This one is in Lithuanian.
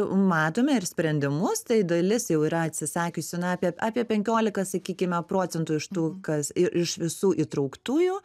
matome ir sprendimus tai dalis jau yra atsisakiusi apie apie penkiolika sakykime procentų iš tų kas iš visų įtrauktųjų